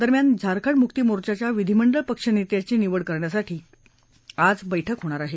दरम्यान झारखंड मुक्ती मोर्चाच्या विधीमंडळ पक्षनेत्याची निवड करण्यासाठी त्यांची आज बैठक होणार आहे